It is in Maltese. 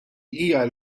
hija